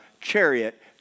chariot